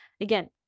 Again